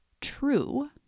true